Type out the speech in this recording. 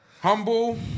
humble